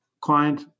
client